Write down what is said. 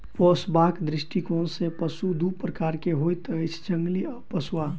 पोसबाक दृष्टिकोण सॅ पशु दू प्रकारक होइत अछि, जंगली आ पोसुआ